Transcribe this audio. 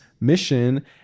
Mission